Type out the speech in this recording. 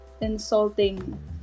insulting